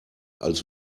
als